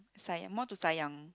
sayang more to sayang